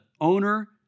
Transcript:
owner